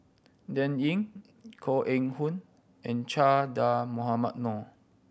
Dan Ying Koh Eng Hoon and Che Dah Mohamed Noor